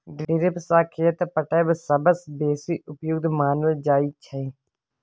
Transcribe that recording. drip सँ खेत पटाएब सबसँ बेसी उपयुक्त मानल जाइ छै